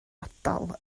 ardal